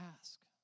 ask